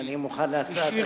שלישי,